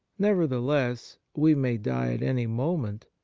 nevertheless, we may die at any moment,